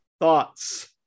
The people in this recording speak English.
Thoughts